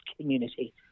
community